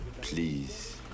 Please